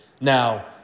Now